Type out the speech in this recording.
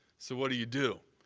so, what do you do?